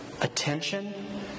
attention